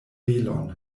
velon